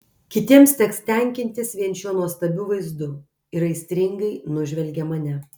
kitiems teks tenkintis vien šiuo nuostabiu vaizdu ir aistringai nužvelgia mane